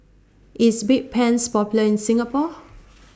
IS Bedpans Popular in Singapore